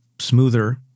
smoother